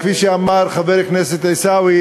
כפי שאמר חבר הכנסת עיסאווי,